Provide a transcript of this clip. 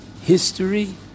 History